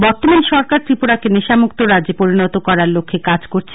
বর্তমান সরকার ত্রিপুরাকে নেশামুক্ত রাজ্যে পরিণত করার লক্ষে কাজ করছে